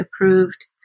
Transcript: approved